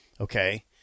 okay